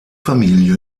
familie